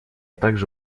также